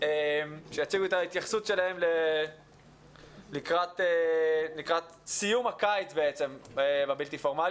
שיציגו את ההתייחסות שלהם לקראת סיום הקיץ בבלתי פורמלי.